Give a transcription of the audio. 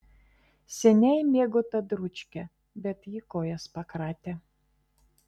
seniai mėgo tą dručkę bet ji kojas pakratė